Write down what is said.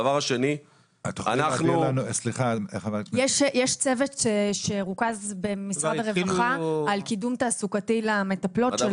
יש צוות שרוכז במשרד הרווחה לגבי קידום תעסוקתי למטפלות,